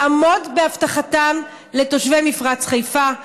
לעמוד בהבטחתם לתושבי מפרץ חיפה,